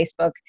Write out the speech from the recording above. Facebook